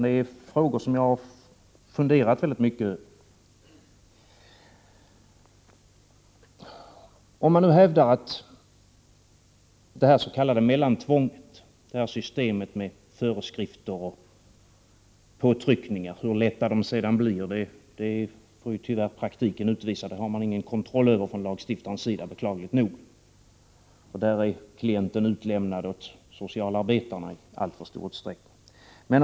Det är frågor som jag har funderat väldigt mycket över. Det s.k. mellantvånget är ett system med föreskrifter och påtryckningar. Hur lätta de sedan blir får praktiken utvisa. Det har lagstiftaren ingen kontroll över beklagligt nog. Klienten är utlämnad åt socialarbetarna i alltför stor utsträckning.